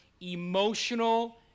emotional